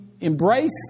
embrace